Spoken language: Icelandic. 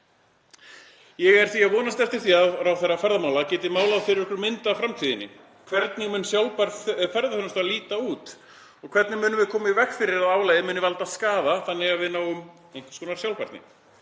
Ég er því að vonast eftir því að ráðherra ferðamála geti málað fyrir okkur mynd af framtíðinni. Hvernig mun sjálfbær ferðaþjónusta líta út og hvernig munum við koma í veg fyrir að álagið valdi skaða þannig að við náum einhvers konar sjálfbærni?